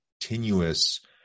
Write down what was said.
continuous